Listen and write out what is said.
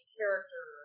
character